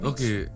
Okay